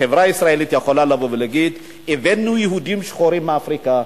החברה הישראלית יכולה לבוא ולהגיד: הבאנו יהודים שחורים מאפריקה,